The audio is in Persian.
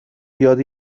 یاد